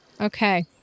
Okay